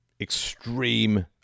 extreme